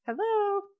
Hello